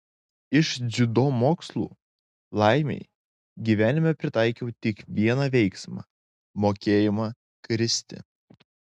iš dziudo mokslų laimei gyvenime pritaikiau tik vieną veiksmą mokėjimą kristi